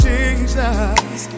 Jesus